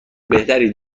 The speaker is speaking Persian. بهتری